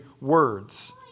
words